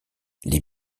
les